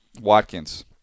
Watkins